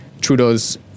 trudeau's